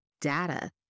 data